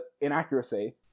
inaccuracy